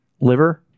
liver